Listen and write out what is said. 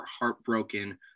heartbroken